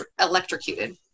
electrocuted